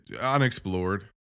Unexplored